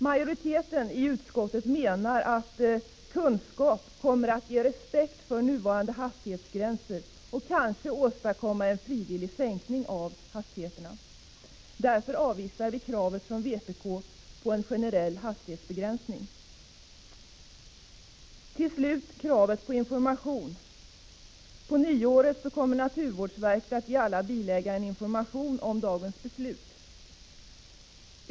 Majoriteten i utskottet menar att kunskap kommer att ge respekt för nuvarande hastighetsgränser och kanske åstadkomma en frivillig sänkning av hastigheterna. Därför avvisar vi kravet från vpk på en generell begränsning. Till slut kravet på information: På nyåret kommer naturvårdsverket att ge alla bilägare en information om dagens beslut.